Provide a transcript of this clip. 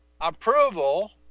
approval